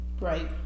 right